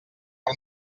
per